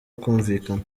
kumvikana